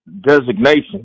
designation